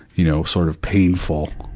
you know, sort of painful,